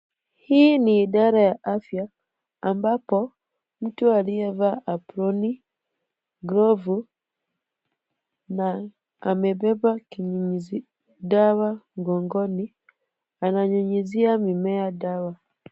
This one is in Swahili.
Hii ni idara ya afya ambapo mtu aliyevaa aproni, glovu na amebeba kinyunyuzi dawa mgongoni, ananyunyizia mimea dawa.